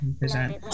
present